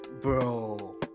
bro